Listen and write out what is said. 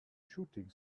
shooting